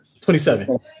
27